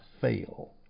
fail